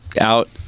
out